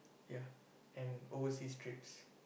ya and overseas trips